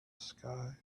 sky